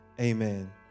amen